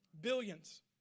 billions